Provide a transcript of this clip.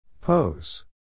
Pose